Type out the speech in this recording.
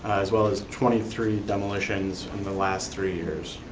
as well as twenty three demolitions in the last three years.